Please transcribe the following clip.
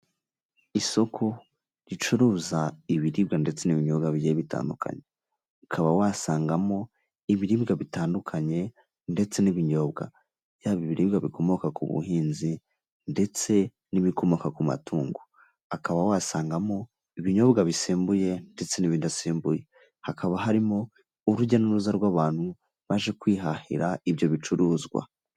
Isoko ricuruza ibiribwa ndetse n'ibinyobwa bigiye bitandukanye. Ukaba wasangamo ibiribwa bitandukanye ndetse n'ibinyobwa. Yaba ibiribwa bikomoka ku buhinzi ndetse n'ibikomoka ku matungo. Akaba wasangamo ibinyobwa bisembuye ndetse n'ibidasembuye. Hakaba harimo urujya n'uruza rw'abantu baje kwihahira ibyo bicuruzwa.